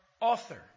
author